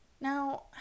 Now